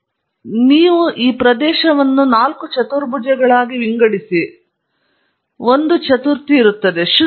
ಆದ್ದರಿಂದ ನೀವು ಪ್ರದೇಶವನ್ನು ನಾಲ್ಕು ಚತುರ್ಭುಜಗಳಾಗಿ ವಿಂಗಡಿಸಿ ಮತ್ತು ತಪ್ಪಿಸಲು ಒಂದು ಚತುರ್ಥಿ ಇರುತ್ತದೆ